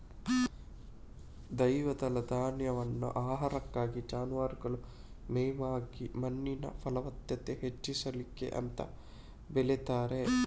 ದ್ವಿದಳ ಧಾನ್ಯವನ್ನ ಆಹಾರಕ್ಕಾಗಿ, ಜಾನುವಾರುಗಳ ಮೇವಾಗಿ ಮಣ್ಣಿನ ಫಲವತ್ತತೆ ಹೆಚ್ಚಿಸ್ಲಿಕ್ಕೆ ಅಂತ ಬೆಳೀತಾರೆ